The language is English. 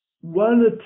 one